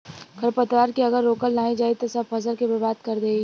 खरपतवार के अगर रोकल नाही जाई सब फसल के बर्बाद कर देई